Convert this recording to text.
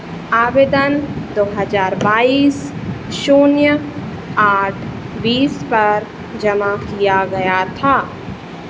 आवेदन दो हज़ार बाईस शून्य आठ बीस पर जमा किया गया था